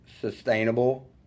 sustainable